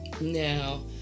Now